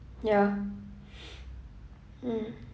ya mm